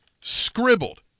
Scribbled